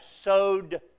sowed